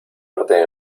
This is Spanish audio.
verte